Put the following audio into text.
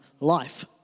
life